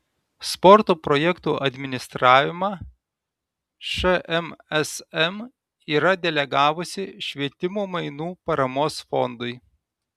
sporto projektų administravimą šmsm yra delegavusi švietimo mainų paramos fondui